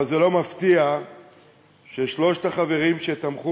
אבל זה לא מפתיע ששלושת החברים שתמכו